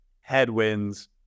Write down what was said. headwinds